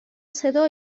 صدا